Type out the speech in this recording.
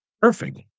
Perfect